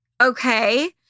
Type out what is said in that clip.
Okay